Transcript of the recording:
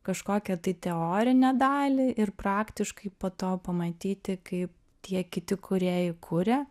kažkokią tai teorinę dalį ir praktiškai po to pamatyti kaip tie kiti kūrėjai kuria